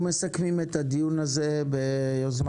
אנחנו מסכמים את הדיון הזה ביוזמת